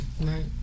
Right